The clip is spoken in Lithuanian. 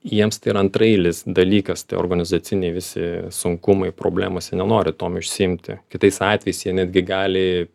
jiems tai yra antraeilis dalykas tie organizaciniai visi sunkumai problemos jie nenori tuom užsiimti kitais atvejais jie netgi gali